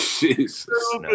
Jesus